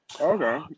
Okay